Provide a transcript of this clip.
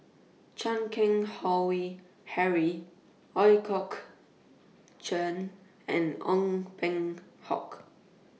Chan Keng Howe Harry Ooi Kok Chuen and Ong Peng Hock